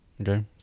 Okay